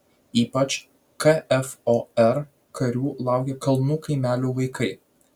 ypač kfor karių laukia kalnų kaimelių vaikai